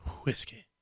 Whiskey